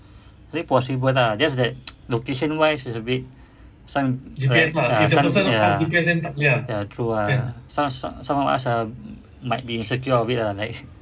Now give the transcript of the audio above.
I think possible lah just that location wise is a bit some ah some ya ya true ah some some ah some might be insecure a bit ah like